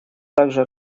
также